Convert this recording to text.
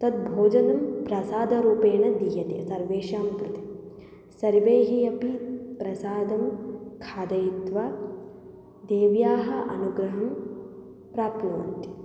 तद् भोजनं प्रसादरूपेन दीयते सर्वेषां कृते सर्वे अपि प्रसादं खादित्वा देव्याः अनुग्रहं प्राप्नुवन्ति